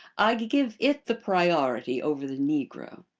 i give it the priority over the negro.